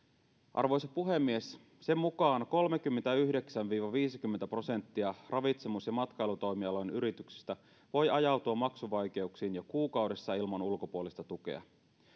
arvoisa puhemies sen mukaan kolmekymmentäyhdeksän viiva viisikymmentä prosenttia ravitsemus ja matkailutoimialojen yrityksistä voi ajautua maksuvaikeuksiin jo kuukaudessa ilman ulkopuolista tukea